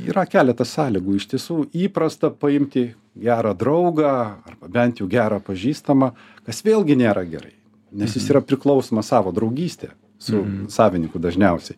yra keletas sąlygų iš tiesų įprasta paimti gerą draugą arba bent jau gerą pažįstamą kas vėlgi nėra gerai nes jis yra priklausomas savo draugyste su savininku dažniausiai